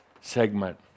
segment